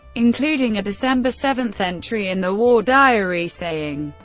including a december seven entry in the war diary saying,